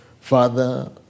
Father